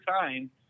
time